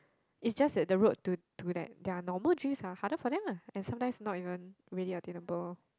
is just that the road to to that their normal dreams are harder for them lah and sometimes not even really attainable